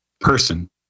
person